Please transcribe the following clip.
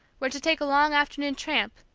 were to take a long afternoon tramp,